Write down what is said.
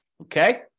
Okay